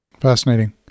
Fascinating